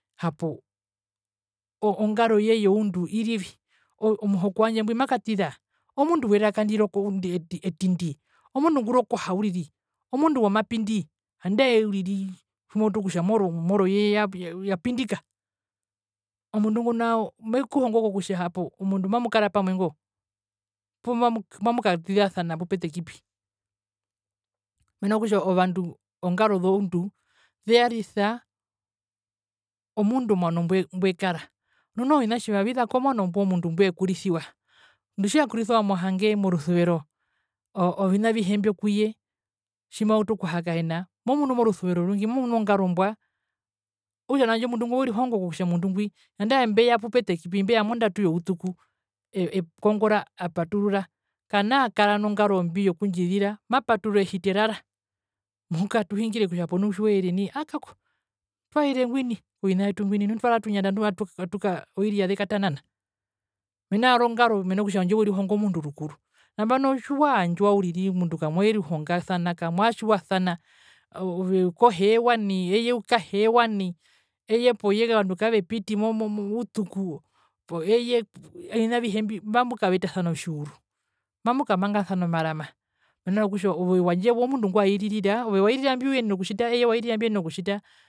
Hapo ongaroye irirvi omundu werka ndiroko etindi omundu ngurokoha uriri omundu womapindi andae uriri tjimoutu okutja moro omoroye yapindika omundu ngo nao mekuhongo kutja omundu mamukara pamwe ngo, poo mamukatizasana pupetekipi mena kutja ovandu ozongaro ziundu zeyarisa omundu omwano mbwe mbwekara nu noho ovina tjiva viza komwano mbo mundu mbwekurisiwa omundu tjekurisiwa mohage morusuvero oo ovina avihe mbio kuye tjimwautu okuhakaena momunumo rusuvero orungi momunumo ngarombwa okutja nao handje omundu ngo werihongo kutja omundu ngwi andae mbeya pupetekipi mbeya mondatu youtuku ee ekongora apaturura kanaa kara nongarombi yokundjizira mapatururara ehiti erarar muhuka atuhingire kutja hapo nu tjiweere nai aekako twaire ngwini kovina vyetu ngwi nu twari amatunyanda atu atuka ozoiri azekatanana mena rongaro mena rokutja handje werihonga omundu rukuru nambano tjiwaandjwa uriri omundu kawerihongasana kamuyasiwasana ove koheewa nai eye poye ovandu kavepiti mo mo utuku ovina avihe mbi mamukavetasana otjiuru mamukamangasana omarama mena rokutja ove handje omundu ngwairira ove wairira mbiuyenena okutjita eye waurira mbyenena okutjita.